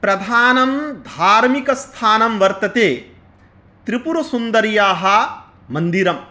प्रधानं धार्मिकस्थानं वर्तते त्रिपुरसुन्दर्याः मन्दिरं